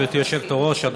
גברתי היושבת-ראש.